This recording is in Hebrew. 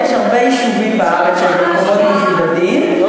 יש הרבה יישובים בארץ שהם במקומות מבודדים,